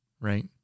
right